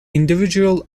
individual